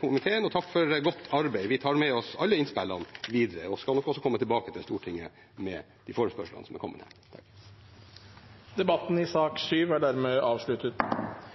komiteen for en god debatt, og takk for godt arbeid. Vi tar med oss alle innspillene videre og skal nok komme tilbake til Stortinget med de forespørslene som er kommet. Flere har ikke bedt om ordet til sak nr. 7. Sivilombudsmannen er